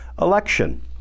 election